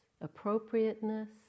appropriateness